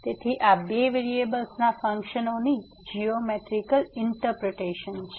તેથી આ બે વેરીએબલ્સ ના ફંક્શનનો ની જીયોમેટ્રીકલ ઇન્ટરપ્રિટેશન છે